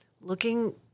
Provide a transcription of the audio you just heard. looking